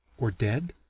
or dead?